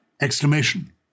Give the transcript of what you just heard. Exclamation